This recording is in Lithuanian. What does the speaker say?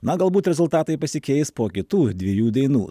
na galbūt rezultatai pasikeis po kitų dviejų dainų